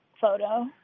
photo